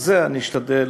את זה אני אשתדל